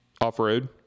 off-road